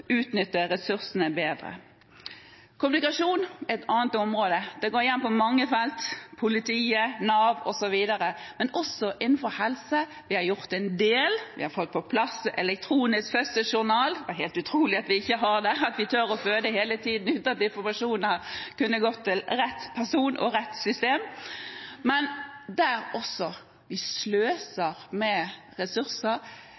utnytte ressursene bedre. Kommunikasjon er et annet område som går igjen på mange felt, f.eks. i politiet, i Nav osv., men også innenfor helse. Vi har gjort en del, vi har fått på plass elektroniske fødselsjournaler – det er utrolig at vi ikke har hatt det, at vi har tort å føde hele tiden uten at informasjon har kunnet gå til rett person og rett system. Men også der sløser vi med ressurser.